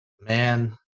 Man